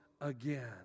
again